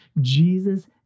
Jesus